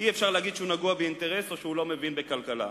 אי-אפשר להגיד שהוא נגוע באינטרס או שהוא לא מבין בכלכלה,